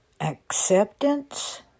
acceptance